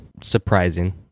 surprising